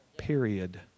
Period